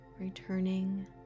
returning